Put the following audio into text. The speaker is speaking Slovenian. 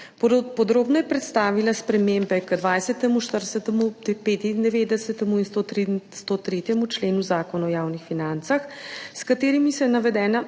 Podrobneje je predstavila spremembe k 20., 40, 95. in 103. členu Zakona o javnih financah, s katerimi se navedena